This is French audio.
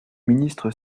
ministre